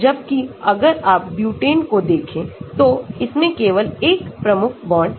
जबकि अगर आप ब्यूटेन को देखें तो इसमें केवल एक प्रमुख बॉन्ड है